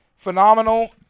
Phenomenal